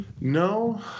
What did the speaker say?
No